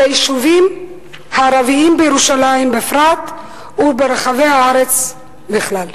היישובים הערביים בירושלים בפרט וברחבי הארץ בכלל.